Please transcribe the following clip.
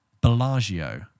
Bellagio